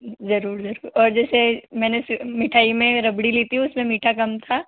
ज़रूर ज़रूर और जैसे मैंने मिठाई में रबड़ी ली थी उसमें मीठा कम था